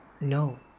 No